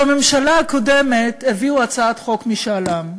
בממשלה הקודמת הביאו הצעת חוק משאל עם,